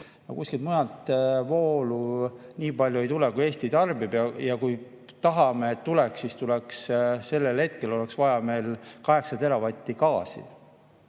kuskilt mujalt voolu nii palju ei tule, kui Eesti tarbib. Kui tahame, et tuleks, siis sellel hetkel oleks vaja meil 8 teravatti gaasi.